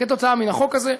כתוצאה מן החוק הזה.